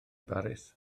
baris